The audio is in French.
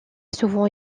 souvent